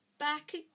Back